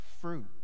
fruit